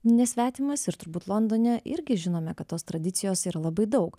nesvetimas ir turbūt londone irgi žinome kad tos tradicijos yra labai daug